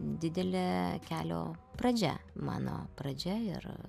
didelė kelio pradžia mano pradžia ir